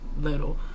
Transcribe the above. little